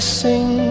sing